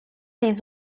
les